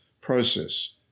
process